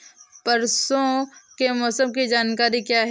परसों के मौसम की जानकारी क्या है?